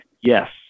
yes